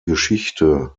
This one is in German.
geschichte